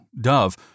Dove